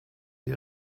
ihr